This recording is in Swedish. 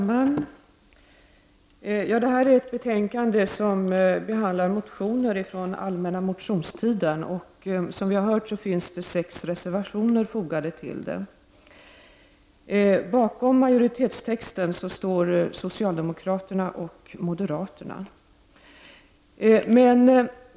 Fru talman! Detta betänkande behandlar motioner från allmänna motionstiden. Till betänkandet har fogats sex reservationer. Bakom majoritetstexten står socialdemokraterna och moderaterna.